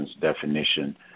definition